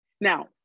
Now